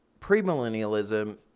premillennialism